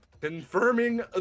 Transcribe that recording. Confirming